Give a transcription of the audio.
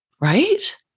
right